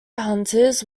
hunters